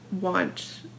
want